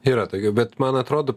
yra tokių bet man atrodo